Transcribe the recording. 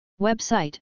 Website